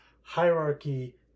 hierarchy